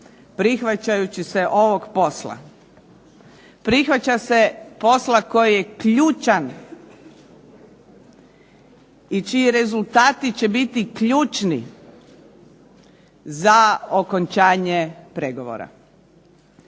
prihvaćajući se ovog posla, prihvaća se posla koji je ključan i čiji rezultati će biti ključni za okončanje pregovora.